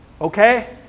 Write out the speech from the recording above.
Okay